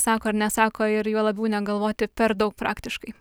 sako ar nesako ir juo labiau negalvoti per daug praktiškai